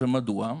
ומדוע?